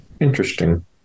Interesting